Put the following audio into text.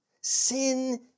Sin